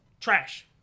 Trash